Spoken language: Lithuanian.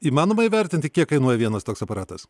įmanoma įvertinti kiek kainuoja vienas toks aparatas